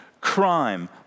crime